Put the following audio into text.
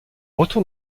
retour